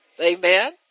Amen